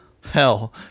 hell